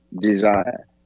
desire